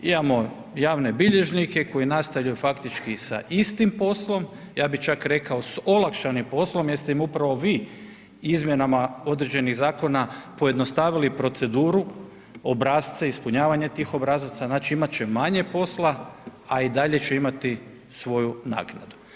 Imamo javne bilježnike koji nastavljaju faktički sa istim poslom, ja bih čak rekao s olakšanim poslom jer ste im upravo vi izmjenama određenih zakona pojednostavili proceduru, obrasce ispunjavanja tih obrazaca, znači imat će manje posla, a i dalje će imati svoju naknadu.